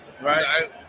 right